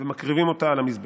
ומקריבים אותה על המזבח.